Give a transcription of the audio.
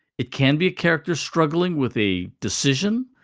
it can be a character struggling with a decision,